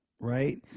right